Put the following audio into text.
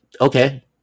Okay